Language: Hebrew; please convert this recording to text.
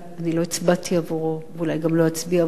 אני לא הצבעתי עבורו ואולי גם לא אצביע עבורו,